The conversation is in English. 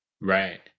Right